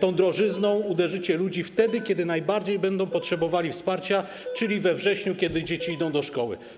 tą drożyzną uderzycie w ludzi wtedy, kiedy najbardziej będą potrzebowali wsparcia, czyli we wrześniu, kiedy dzieci idą do szkoły?